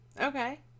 Okay